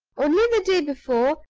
only the day before,